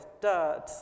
dirt